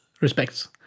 respects